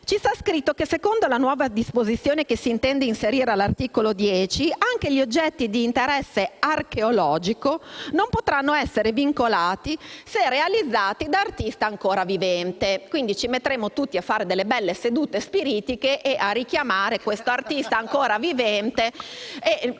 C'è scritto che, secondo la nuova disposizione che si intende inserire all'articolo 10, anche gli oggetti di interesse archeologico non potranno essere vincolati se realizzati da artista ancora vivente. Ci metteremo tutti a fare delle belle sedute spiritiche e a richiamare questo artista vivente